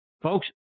Folks